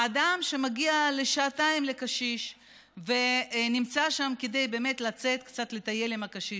אדם שמגיע לשעתיים לקשיש ונמצא שם כדי באמת לצאת קצת לטייל עם הקשיש,